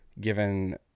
given